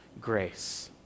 grace